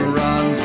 run